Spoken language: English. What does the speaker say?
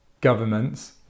governments